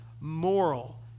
moral